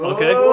Okay